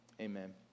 Amen